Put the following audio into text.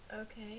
okay